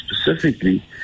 specifically